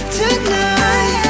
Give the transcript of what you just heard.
tonight